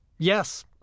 Yes